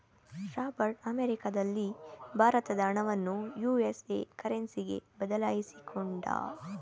Robert ಅಮೆರಿಕದಲ್ಲಿ ಭಾರತದ ಹಣವನ್ನು ಯು.ಎಸ್.ಎ ಕರೆನ್ಸಿಗೆ ಬದಲಾಯಿಸಿಕೊಂಡ